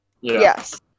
Yes